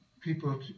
people